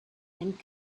and